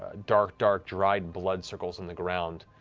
ah dark, dark dried blood circles on the ground,